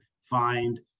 find